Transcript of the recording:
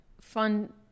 fun